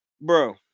Bro